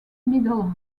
middle